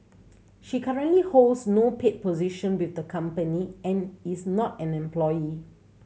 she currently holds no paid position with the company and is not an employee